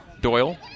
Doyle